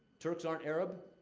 turks aren't arab.